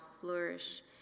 flourish